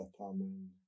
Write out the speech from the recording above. Amen